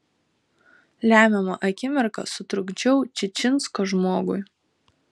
lemiamą akimirką sutrukdžiau čičinsko žmogui